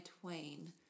Twain